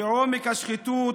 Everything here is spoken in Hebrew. כעומק השחיתות